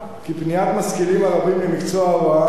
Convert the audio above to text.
כי פניית משכילים ערבים למקצוע ההוראה